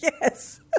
Yes